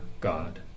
God